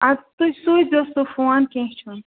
اَدٕ تُہۍ سوٗزۍ زیٚو سُہ فون کیٚنٛہہ چھُنہٕ